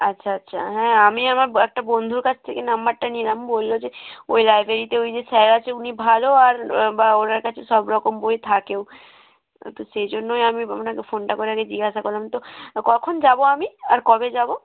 আচ্ছা আচ্ছা হ্যাঁ আমি আমার একটা বন্ধুর কাছ থেকে নাম্বারটা নিলাম বলল যে ওই লাইব্রেরিতে ওই যে স্যার আছে উনি ভালো আর বা ওনার কাছে সব রকম বই থাকেও ও তো সেই জন্যই আমি আপনাকে ফোনটা করে আগে জিজ্ঞাসা করলাম তো কখন যাব আমি আর কবে যাব